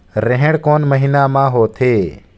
रेहेण कोन महीना म होथे?